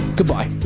Goodbye